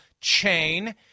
chain